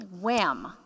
Wham